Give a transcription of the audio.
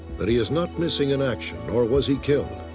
that he is not missing in action, nor was he killed.